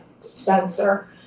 dispenser